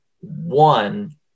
one